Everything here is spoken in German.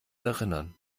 erinnern